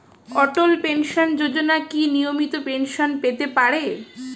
অটল pension Yojana কি নমনীয় pension পেতে পারে?